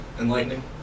enlightening